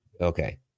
Okay